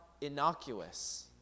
innocuous